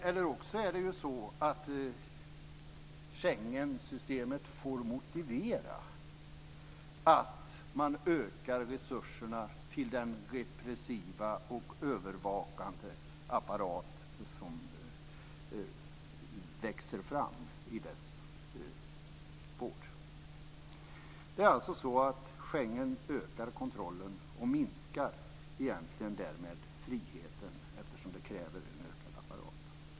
Eller också är det så att Schengensystemet får motivera att man ökar resurserna till den repressiva och övervakande apparat som växer fram i dess spår. Det är alltså så att Schengen innebär ökad kontroll och därmed egentligen minskad frihet eftersom det krävs en större apparat.